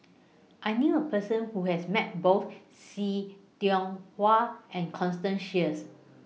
I knew A Person Who has Met Both See Tiong Wah and Constance Sheares